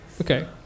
Okay